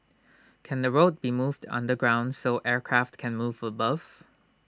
can the road be moved underground so aircraft can move above